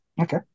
Okay